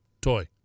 toy